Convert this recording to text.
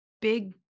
big